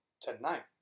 tonight